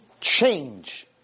change